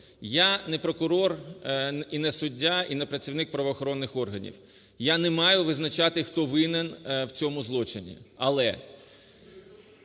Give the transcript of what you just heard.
Я не прокурор і не суддя, і не працівник правоохоронних органів. Я не маю визначати, хто винен в цьому злочині, але